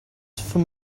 for